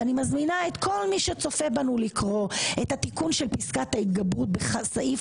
אני מזמינה את כל מי שצופה בנו לקרוא את התיקון של פסקת ההתגברות בסעיף